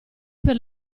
per